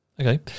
Okay